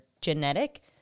genetic